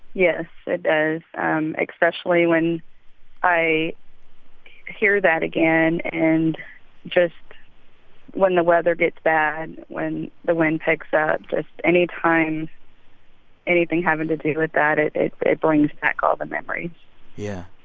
yes, it does um especially when i hear that again and just when the weather gets bad, when the wind picks up. just any time anything having to do with that, it it brings back all the memories yeah.